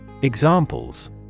Examples